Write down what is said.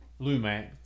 Lumac